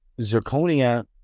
zirconia